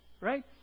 right